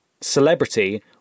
Celebrity